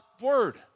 word